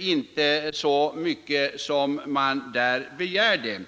inte så mycket som SJ begärt.